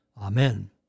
Amen